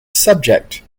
subject